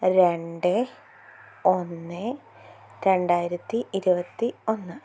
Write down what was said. രണ്ട് ഒന്ന് രണ്ടായിരത്തി ഇരുപത്തി ഒന്ന്